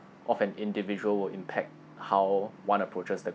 of an individual will impact how one approaches the